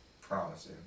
promise